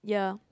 yeah